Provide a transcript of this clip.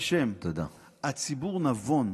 את תשלומי המשכנתה הם הביאו,